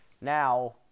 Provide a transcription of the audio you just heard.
now